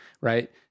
right